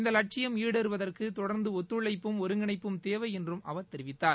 இந்தலட்சியம் டைறுவதற்குதொடர்ந்துஒத்துழைப்பும் ஒருங்கிணைப்பும் தேவைஎன்றுஅவர் தெரிவித்தார்